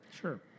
Sure